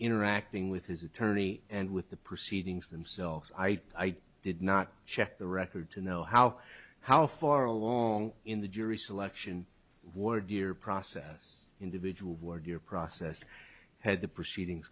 interacting with his attorney and with the proceedings themselves i did not check the record to know how how far along in the jury selection ward year process individual were due process had the proceedings